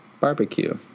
barbecue